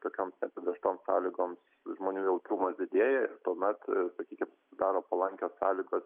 tokioms apibrėžtoms sąlygoms žmonių jautrumas didėja ir tuomet sakykim susidaro palankios sąlygos